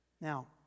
Now